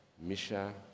Misha